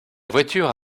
voiture